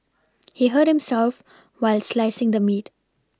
he hurt himself while slicing the meat